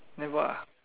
never